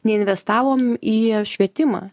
neinvestavom į švietimą